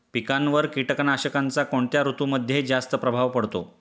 पिकांवर कीटकनाशकांचा कोणत्या ऋतूमध्ये जास्त प्रभाव पडतो?